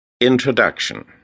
introduction